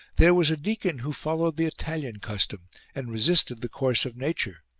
there was a deacon who followed the italian custom and resisted the course of nature.